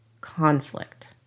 conflict